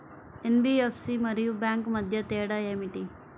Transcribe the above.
NBFC మరియు bank మధ్య తేడా ఏమిటీ?